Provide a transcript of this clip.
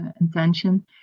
intention